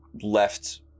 left